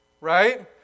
Right